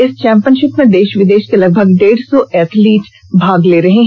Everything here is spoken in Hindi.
इस चैंपियनशिप में देश विदेश के लगभग डेढ़ सौ एथलीट भाग ले रहे हैं